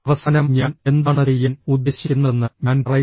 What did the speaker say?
അവസാനം ഞാൻ എന്താണ് ചെയ്യാൻ ഉദ്ദേശിക്കുന്നതെന്ന് ഞാൻ പറയും